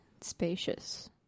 spacious